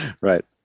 Right